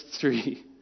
three